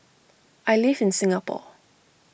I live in Singapore